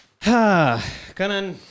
Kanan